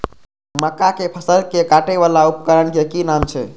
मक्का के फसल कै काटय वाला उपकरण के कि नाम छै?